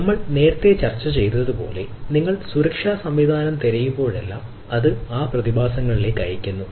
നമ്മൾ നേരത്തെ ചർച്ച ചെയ്തതുപോലെ നിങ്ങൾ സുരക്ഷാ സംവിധാനം തിരയുമ്പോഴെല്ലാം അത് പ്രതിഭാസങ്ങളിലേക്ക് അയയ്ക്കുന്നു